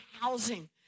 housing